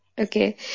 Okay